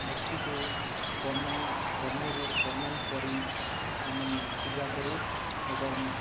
ମୂର୍ତ୍ତିକୁ ବନାଇ ବନାଇ ବନାଇ କରି ଆମେ ପୂଜା କରୁ ଏବଂ